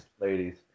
ladies